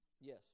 yes